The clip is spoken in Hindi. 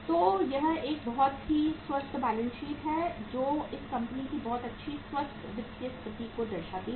तो यह एक बहुत ही स्वस्थ बैलेंस शीट है जो इस कंपनी की बहुत अच्छी स्वस्थ वित्तीय स्थिति को दर्शाती है